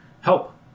help